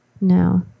No